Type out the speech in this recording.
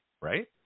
right